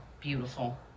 beautiful